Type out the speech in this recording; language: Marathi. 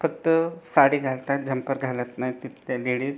फक्त साडी घालतात झंपर घालत नाहीत तित् त्या लेडीज